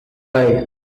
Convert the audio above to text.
right